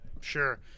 sure